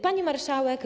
Pani Marszałek!